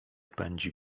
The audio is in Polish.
pędzi